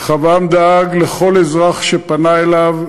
רחבעם דאג לכל אזרח שפנה אליו,